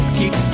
keep